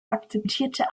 akzeptierte